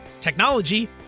technology